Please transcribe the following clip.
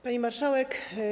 Pani Marszałek!